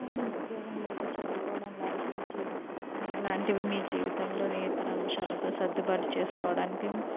ఆడదాన్ని ఉద్యోగం లేదా చదువుకోవడం లాంటివి ఇలాంటివి మీ జీవితంలోని ఇతర అంశాలతో సర్దుబాటు చేసుకోవడానికి